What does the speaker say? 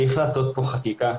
צריך לעשות כאן חקיקה,